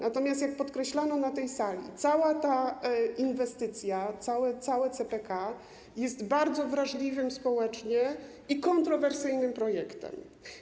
Natomiast, jak podkreślano na tej sali, cała ta inwestycja, cały CPK jest bardzo wrażliwym społecznie i kontrowersyjnym projektem.